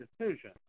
decision